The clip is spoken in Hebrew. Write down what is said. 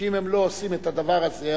שאם הם לא עושים את הדבר הזה,